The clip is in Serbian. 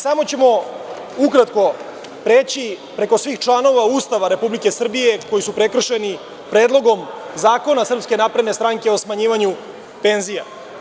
Samo ćemo ukratko preći preko svih članova Ustava Republike Srbije koji su prekršeni Predloga zakona SNS o smanjivanju penzija.